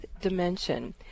dimension